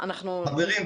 חברים,